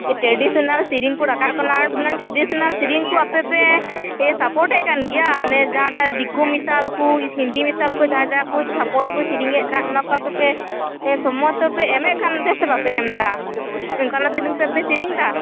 traditional ᱥᱮᱨᱮᱧ ᱠᱚ ᱨᱟᱠᱟᱵ ᱠᱟᱱᱟ ᱱᱟ ᱴᱨᱮᱰᱤᱥᱚᱱᱟᱞ ᱥᱮᱨᱮᱧ ᱠᱚ ᱟᱯᱮᱯᱮ ᱥᱟᱯᱳᱨᱴᱮᱜ ᱠᱟᱱ ᱜᱮᱭᱟ ᱱᱮ ᱡᱟᱦᱟᱸ ᱴᱟᱜ ᱫᱤᱠᱩ ᱢᱤᱥᱟᱞ ᱠᱚ ᱦᱤᱱᱫᱤ ᱢᱤᱥᱟᱞ ᱠᱚ ᱡᱟᱦᱟᱸ ᱡᱟᱦᱟᱸ ᱠᱚ ᱪᱷᱟᱯᱚᱞ ᱠᱚ ᱥᱮᱨᱮᱧᱮᱜ ᱠᱟᱱ ᱚᱱᱟᱠᱚ ᱟᱯᱮᱯᱮ ᱥᱚᱢᱚᱨᱛᱷᱚ ᱯᱮ ᱮᱢᱮᱜ ᱠᱟᱱ ᱫᱮ ᱥᱮ ᱵᱟᱯᱮ ᱮᱢ ᱫᱟ ᱚᱱᱠᱟᱱᱟᱜ ᱥᱮᱨᱮᱧ ᱯᱮ ᱯᱮ ᱥᱮᱨᱮᱧ ᱮᱫᱟ